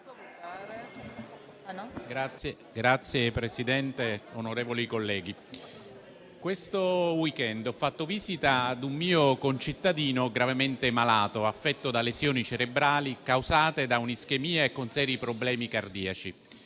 Signor Presidente, onorevoli colleghi, lo scorso *weekend* ho fatto visita a un mio concittadino gravemente malato, affetto da lesioni cerebrali causate da un'ischemia e con seri problemi cardiaci.